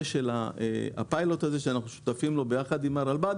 יחד עם הפיילוט הזה שאנחנו שותפים לו ביחד עם הרלב"ד,